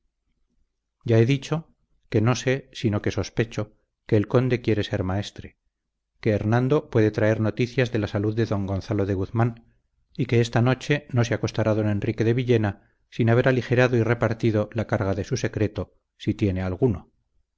ya he dicho que no sé sino que sospecho que el conde quiere ser maestre que hernando puede traer noticias de la salud de don gonzalo de guzmán y que esta noche no se acostará don enrique de villena sin haber aligerado y repartido la carga de su secreto si tiene alguno